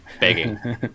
begging